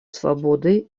свободой